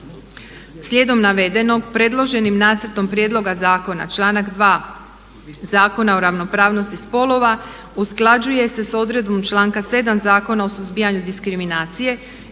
Slijedom navedenog, predloženim Nacrtom prijedloga zakona članak 2. Zakona o ravnopravnosti spolova usklađuje se sa odredbom članka 7. Zakona o suzbijanju diskriminacije